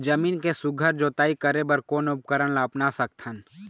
जमीन के सुघ्घर जोताई करे बर कोन उपकरण ला अपना सकथन?